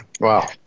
Wow